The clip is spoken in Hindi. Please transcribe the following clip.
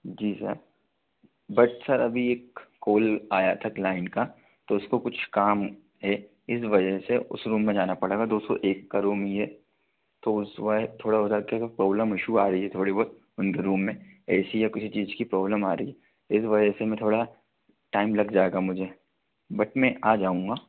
जी सर बट सर अभी एक कोल आया था क्लाइंट का तो उसको कुछ काम है इस वजह से उस रूम में जाना पड़ेगा दो सौ एक का रूम में तो उस में थोड़ा उधर के प्रॉब्लम इशू आ रही है थोड़ी बहुत उनके रूम में ए सी या किसी चीज़ की प्रॉब्लम आ रही इस वजह से मैं थोड़ा टाइम लग जाएगा मुझे बट मैं आ जाऊँगा